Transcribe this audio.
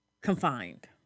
confined